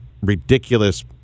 ridiculous